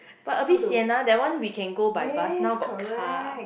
but a bit sian ah that one we can go by bus now got car